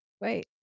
wait